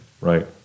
right